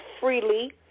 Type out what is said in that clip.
freely